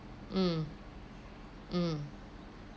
mm mm